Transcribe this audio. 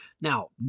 Now